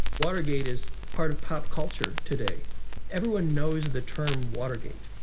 watergate is part of pop culture today everyone knows the term watergate,